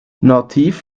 nativ